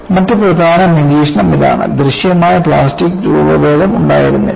മറ്റ് പ്രധാന നിരീക്ഷണം ഇതാണ് ദൃശ്യമായ പ്ലാസ്റ്റിക് രൂപഭേദം ഉണ്ടായിരുന്നില്ല